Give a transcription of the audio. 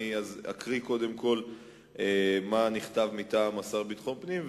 אני אקריא קודם כול מה נכתב מטעם השר לביטחון פנים,